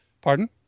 Pardon